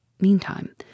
Meantime